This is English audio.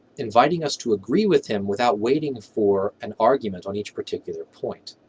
inviting us to agree with him without waiting for an argument on each particular point.